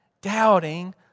Doubting